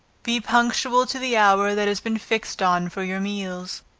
be punctual to the hour that has been fixed on for your meals,